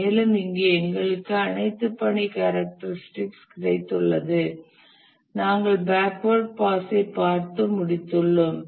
மேலும் இங்கே எங்களுக்கு அனைத்து பணி கேரக்டரிஸ்டிக்ஸ் கிடைத்துள்ளது நாங்கள் பேக்வேர்ட் பாஸைத் பார்த்து முடித்துள்ளோம்